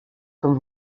comme